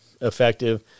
effective